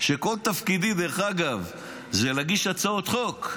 שכל תפקידי זה להגיש הצעות חוק.